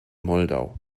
moldau